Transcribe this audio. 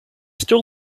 still